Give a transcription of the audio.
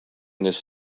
this